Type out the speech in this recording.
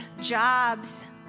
jobs